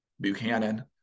Buchanan